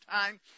time